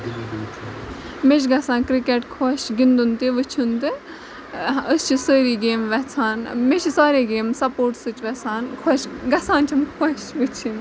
مےٚ چھُ گژھان کِرکٹ خۄش گِندُن تہِ وٕچھُن تہِ أسۍ چھِ سٲری گیمہٕ ویژھان مےٚ چھےٚ سارے گیمہٕ سَپوٹسٕچ ویژھان خۄش گژھان چھم خۄش وٕچھِنۍ